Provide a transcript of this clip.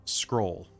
scroll